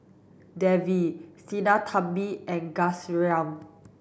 Devi Sinnathamby and Ghanshyam